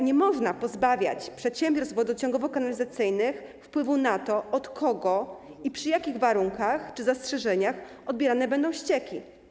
Nie można pozbawiać przedsiębiorstw wodociągowo-kanalizacyjnych wpływu na to, od kogo i na jakich warunkach czy z jakimi zastrzeżeniami odbierane będą ścieki.